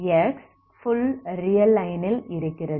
x full real லைனில் இருக்கிறது